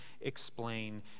explain